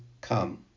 come